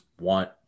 want